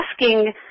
asking